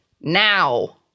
Now